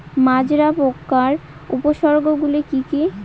মাজরা পোকার উপসর্গগুলি কি কি?